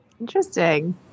interesting